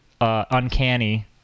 Uncanny